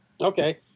Okay